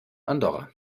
andorra